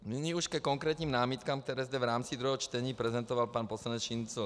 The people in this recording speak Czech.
Nyní už ke konkrétním námitkám, které zde v rámci druhého čtení prezentoval pan poslanec Šincl.